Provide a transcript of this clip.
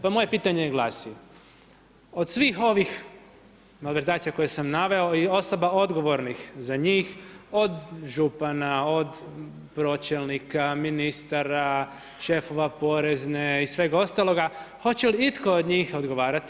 Pa moje pitanje glasi, od svih ovih malverzacija koje sam naveo i osoba odgovornih za njih, od župana, od pročelnika, ministara, šefova porezne i svega ostaloga, hoće li itko od njih odgovarati?